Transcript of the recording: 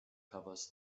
covers